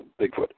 Bigfoot